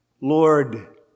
Lord